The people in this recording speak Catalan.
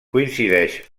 coincideix